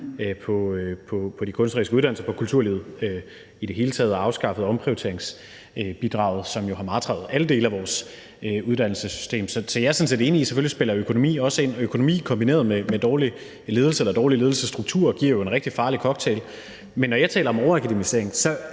på de kunstneriske uddannelser, på kulturlivet i det hele taget, og har afskaffet omprioriteringsbidraget, som har martret alle dele af vores uddannelsessystem. Jeg er sådan set enig i, at økonomien også spiller en rolle, og det kombineret med dårlig ledelse eller en dårlig ledelsesstruktur giver jo en rigtig farlig cocktail. Men når jeg taler om overakademisering, siger